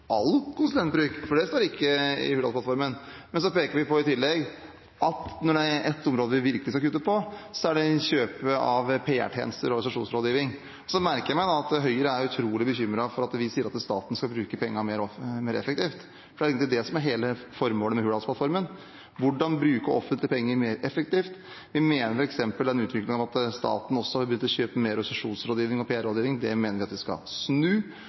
all konsulentbruk, og det står ikke i Hurdalsplattformen. Men vi peker i tillegg på at det er et område vi virkelig skal kutte på, og det er kjøp av PR-tjenester og organisasjonsrådgivning. Jeg merker meg at Høyre blir utrolig bekymret for at vi sier at staten skal bruke pengene mer effektivt. Det er egentlig det som er hele formålet med Hurdalsplattformen – hvordan bruke offentlige penger mer effektivt. Vi ønsker å snu f.eks. utviklingen med at staten har begynt å kjøpe mer organisasjonsrådgivning og PR-rådgivning. Vi skal bruke det offentliges penger så effektivt som mulig, f.eks. ved at